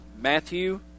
Matthew